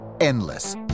endless